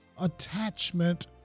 attachment